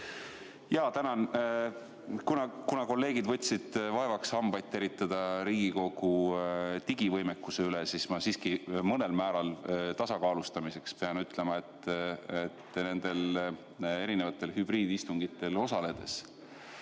Tänan! Kuna kolleegid võtsid vaevaks hambaid teritada Riigikogu digivõimekuse kallal, siis ma mõnel määral tasakaalustamiseks pean ütlema, et nendel erinevatel hübriidistungitel osaledes